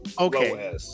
Okay